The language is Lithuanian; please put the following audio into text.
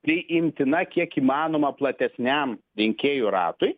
priimtina kiek įmanoma platesniam rinkėjų ratui